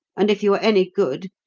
and if you are any good,